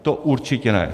To určitě ne.